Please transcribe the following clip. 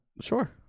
Sure